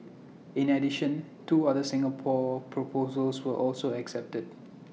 in addition two other Singapore proposals were also accepted